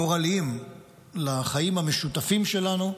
גורליים לחיים המשותפים שלנו,